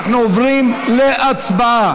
אנחנו עוברים להצבעה.